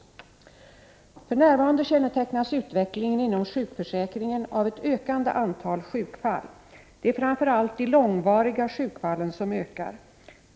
För närvarande kännetecknas utvecklingen inom sjukförsäkringen av ett ökande antal sjukfall. Det är framför allt de långvariga sjukfallen som ökar.